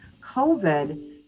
COVID